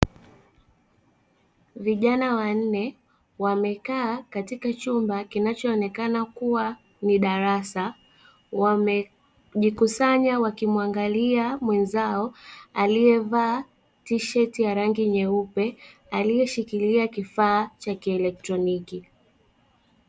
Vijana wanne wamekaa katika chumba kinachoonekana kuwa ni darasa, wamejikusanya wakimuangalia mwenzao alievaa tisheti ya rangi nyeupe, alieshikilia kifaa cha kielektroniki.